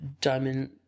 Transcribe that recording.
Diamond